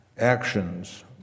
actions